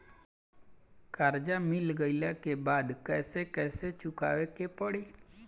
कर्जा मिल गईला के बाद कैसे कैसे चुकावे के पड़ी?